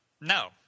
no